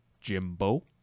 jimbo